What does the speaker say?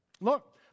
Look